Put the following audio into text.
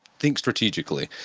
think strategically.